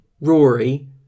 Rory